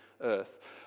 earth